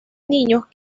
niños